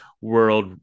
world